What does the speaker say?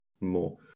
more